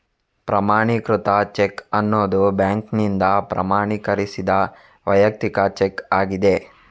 ಪ್ರಮಾಣೀಕೃತ ಚೆಕ್ ಅನ್ನುದು ಬ್ಯಾಂಕಿನಿಂದ ಪ್ರಮಾಣೀಕರಿಸಿದ ವೈಯಕ್ತಿಕ ಚೆಕ್ ಆಗಿದೆ